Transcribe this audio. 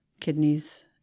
kidneys